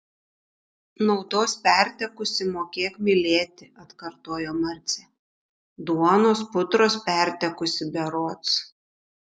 naudos pertekusi mokėk mylėti atkartojo marcė duonos putros pertekusi berods